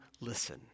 listen